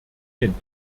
den